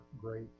great